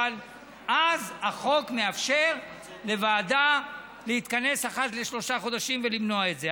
ואז החוק מאפשר לוועדה להתכנס אחת לשלושה חודשים ולמנוע את זה.